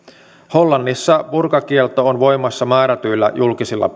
hollannissa burkakielto on voimassa määrätyillä julkisilla